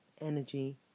energy